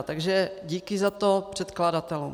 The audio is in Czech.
Takže díky za to předkladatelům.